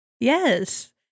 Yes